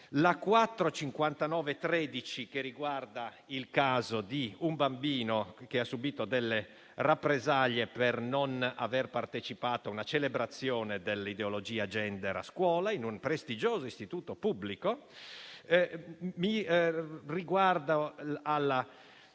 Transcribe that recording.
finestra"), riguardante il caso di un bambino che ha subito delle rappresaglie per non aver partecipato a una celebrazione dell'ideologia *gender* a scuola, in un prestigioso istituto pubblico. Richiamo poi